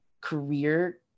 career